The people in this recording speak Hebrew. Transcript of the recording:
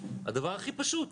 הדבר הכי פשוט.